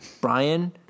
Brian